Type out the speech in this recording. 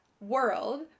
world